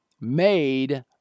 made